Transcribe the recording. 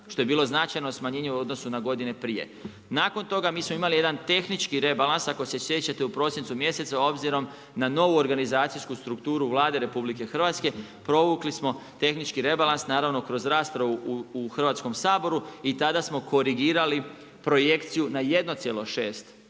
što je bilo značajno smanjenje u odnosu na godine prije. Nakon toga, mi smo imali jedan tehnički rebalans, ako se sjećate u prosincu mjesecu a obzirom na novu organizacijsku strukturu Vlade RH provukli smo tehnički rebalans naravno kroz raspravu u Hrvatskom saboru i tada smo korigirali projekciju na 1,6%